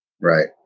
Right